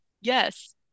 Yes